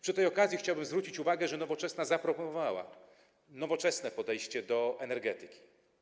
Przy tej okazji chciałbym zwrócić uwagę, że Nowoczesna zaproponowała nowoczesne podejście do energetyki.